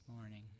morning